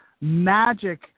magic